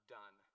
done